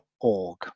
org